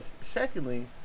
secondly